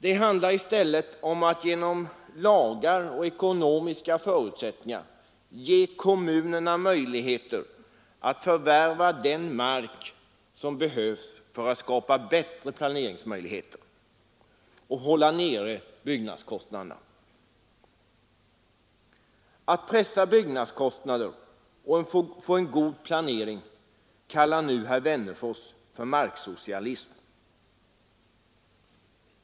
Det handlar i stället om att genom lagar och ekonomiska förutsättningar ge kommunerna möjligheter att förvärva den mark som behövs för att kunna planera bättre och hålla nere byggnadskostnaderna. Att pressa byggnadskostnaderna och få en god planering kallar herr Wennerfors för marksocia lism.